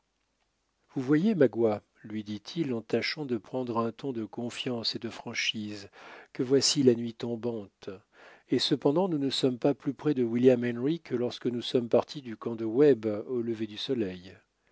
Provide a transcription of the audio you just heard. vous voyez magua lui dit-il en tâchant de prendre un ton de confiance et de franchise que voici la nuit tombante et cependant nous ne sommes pas plus près de william henry que lorsque nous sommes partis du camp de webb au lever du soleil